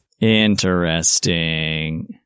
interesting